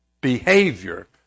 behavior